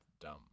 dumb